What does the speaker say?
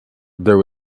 there